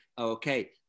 okay